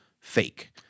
fake